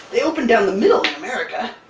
they open down the middle in america.